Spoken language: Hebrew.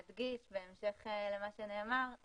בהמשך למה שדיברנו קודם, רציתי להדגיש